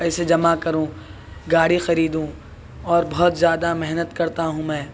پیسے جمع کروں گاڑی خریدوں اور بہت زیادہ محنت کرتا ہوں میں